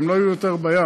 והן לא יהיו יותר בים.